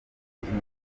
impeta